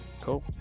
Cool